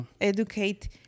educate